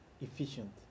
efficient